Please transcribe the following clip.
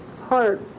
heart